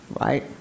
Right